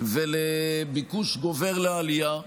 ולביקוש גובר לעלייה.